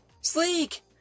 Sleek